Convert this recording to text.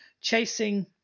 chasing